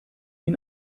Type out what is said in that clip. ihn